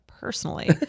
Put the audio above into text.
personally